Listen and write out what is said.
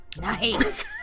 Nice